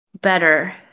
better